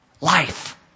life